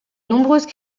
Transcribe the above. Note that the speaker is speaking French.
nombreuses